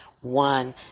One